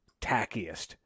tackiest